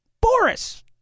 Boris